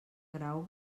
grau